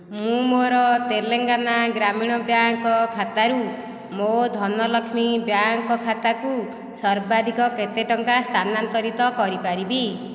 ମୁଁ ମୋର ତେଲେଙ୍ଗାନା ଗ୍ରାମୀଣ ବ୍ୟାଙ୍କ୍ ଖାତାରୁ ମୋ ଧନଲକ୍ଷ୍ମୀ ବ୍ୟାଙ୍କ୍ ଖାତାକୁ ସର୍ବାଧିକ କେତେ ଟଙ୍କା ସ୍ଥାନାନ୍ତରିତ କରିପାରିବି